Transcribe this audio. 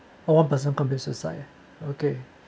all person commit suicide okay